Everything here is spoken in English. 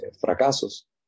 fracasos